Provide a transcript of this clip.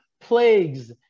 plagues